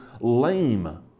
lame